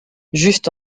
juste